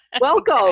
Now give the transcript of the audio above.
Welcome